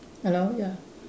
hello ya